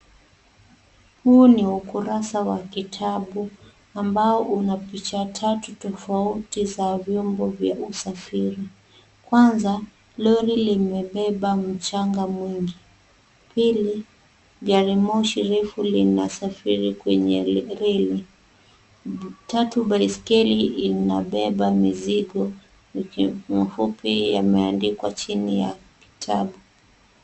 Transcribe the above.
Huu ni ukurasa wa kitabu ambao una picha tatu tofauti za vyombo vya usafiri. Kwanza, lori limebeba mchanga mwingi. Pili, gari moshi refu linasafiri kwenye reli. Tatu baiskeli inabeba mizigo. Mfupi yameandikwa chini ya kitabu.